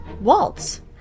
waltz